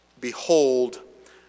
Behold